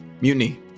mutiny